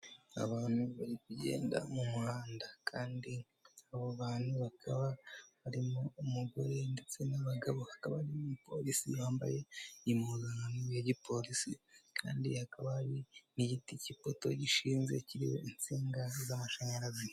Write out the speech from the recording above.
Abantu bari kugenda mu muhanda kandi abo bantu bakaba barimo umugore ndetse n'abagabo hakaba harimo n'umupolisi wambaye impuzankano ya gipolisi kandi hakaba hari n'igiti k'ipoto gishinze kiriho insinga z'amashanyarazi.